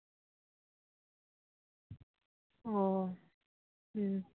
ᱚ ᱦᱩᱸ